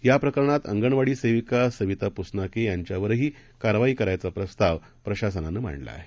याप्रकरणातअंगणवाडीसेविकासवितापुसनाकेयांच्यावरहीकारवाईचाकरायचाप्रस्तावप्रशासनानंमांडलाआहे